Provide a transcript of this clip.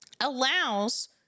allows